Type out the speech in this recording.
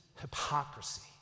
hypocrisy